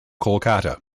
kolkata